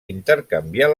intercanviar